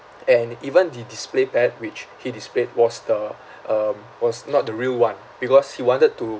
and even the display at which he displayed was the um was not the real one because he wanted to